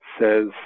says